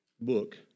book